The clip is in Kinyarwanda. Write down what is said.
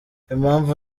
impamvu